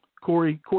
Corey